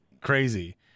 crazy